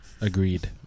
Agreed